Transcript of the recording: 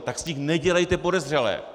Tak z nich nedělejte podezřelé.